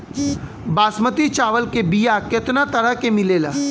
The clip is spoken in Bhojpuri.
बासमती चावल के बीया केतना तरह के मिलेला?